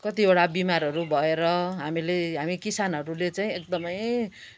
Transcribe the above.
कतिवटा बिमारहरू भएर हामीले हामी किसानहरूले चाहिँ एकदमै